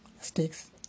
sticks